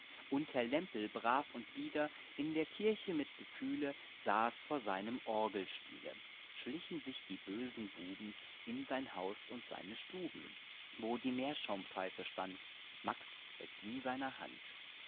und herr lämpel brav und bieder illustration an der orgel in der kirche mit gefühle saß vor seinem orgelspiele schlichen sich die bösen buben in sein haus und seine stuben wo die meerschaumpfeife stand max hält sie in seiner hand